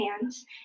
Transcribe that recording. hands